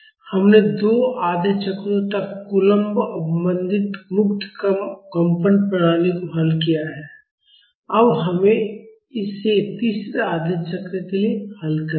हमने 2 आधे चक्रों तक कूलम्ब अवमंदित मुक्त कंपन प्रणाली को हल किया है अब हम इसे तीसरे आधे चक्र के लिए हल करेंगे